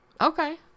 okay